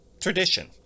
tradition